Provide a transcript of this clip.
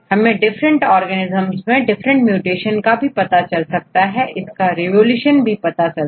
अलग अलग जीवो में अलग अलग म्यूटेशन और उसे ठीक करने के लिएयहां एक ही प्रोटीन के अलग अलग कोड के साथबहुत सारे ऑप्शन प्राप्त हो सकते हैं